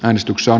äänestyksen